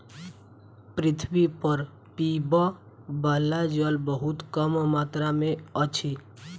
पृथ्वी पर पीबअ बला जल बहुत कम मात्रा में अछि